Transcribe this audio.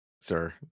sir